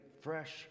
fresh